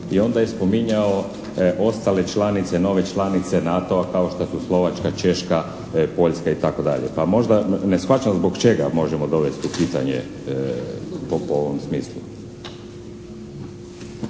I onda je spominjao ostale članice, nove članice NATO-a kao što su Slovačka, Češka, Poljska, itd. Pa možda ne shvaćam zbog čega možemo dovesti u pitanje po ovom smislu.